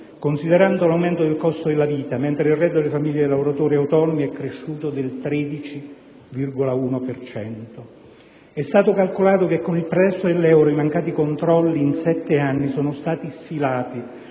considerando l'aumento del costo della vita, mentre il reddito delle famiglie dei lavoratori autonomi è cresciuto del 13,1 per cento. È stato calcolato che, con il pretesto dell'euro e i mancati controlli, in 7 anni siano stati sfilati